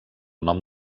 nom